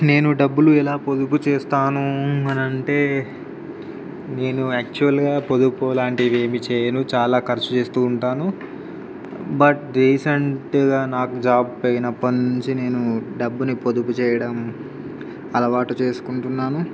నేను డబ్బులు ఎలా పొదుపు చేస్తాను అని అంటే నేను యాక్చువల్గా పొదుపు లాంటివి ఏమి చేయను చాలా ఖర్చు చేస్తు ఉంటాను బట్ రీసెంట్గా నాకు జాబ్ పోయినప్పటినుంచి నేను డబ్బును పొదుపు చేయడం అలవాటు చేసుకుంటున్నాను